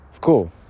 Cool